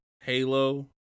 Halo